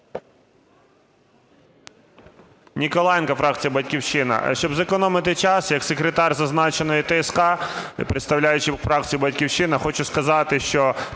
Ніколаєнко, фракція "Батьківщина". Щоб зекономити час, як секретар зазначеної ТСК і представляючи фракцію "Батьківщина", хочу сказати,